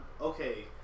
okay